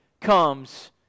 comes